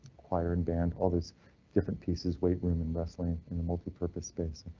choir and band, all these different pieces, weight room in wrestling in the multipurpose space,